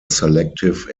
selective